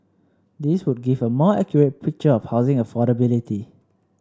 these would give a more accurate picture of housing affordability